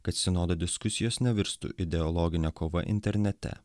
kad sinodo diskusijos nevirstų ideologine kova internete